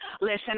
Listen